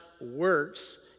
works